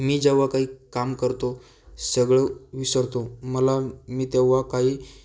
मी जेव्हा काही काम करतो सगळं विसरतो मला मी तेव्हा काही